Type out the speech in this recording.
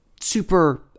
super